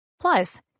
Plus